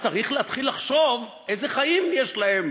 אז צריך להתחיל לחשוב איזה חיים יש להם,